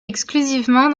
exclusivement